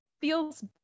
feels